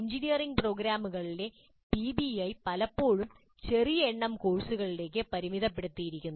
engineering പ്രോഗ്രാമുകളിലെ PBI പലപ്പോഴും ചെറിയ എണ്ണം കോഴ്സുകളിലേക്ക് പരിമിതപ്പെടുത്തിയിരിക്കുന്നു